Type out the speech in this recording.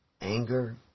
anger